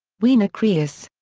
wiener kreis.